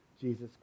Jesus